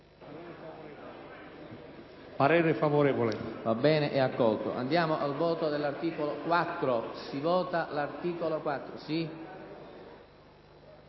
parere favorevole.